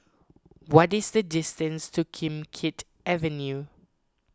what is the distance to Kim Keat Avenue